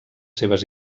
seves